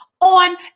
on